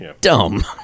dumb